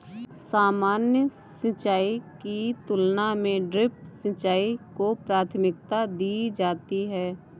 सामान्य सिंचाई की तुलना में ड्रिप सिंचाई को प्राथमिकता दी जाती है